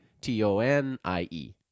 T-O-N-I-E